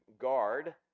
guard